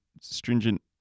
stringent